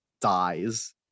dies